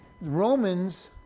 Romans